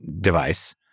device